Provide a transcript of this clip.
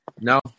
No